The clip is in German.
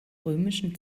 römischen